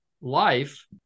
life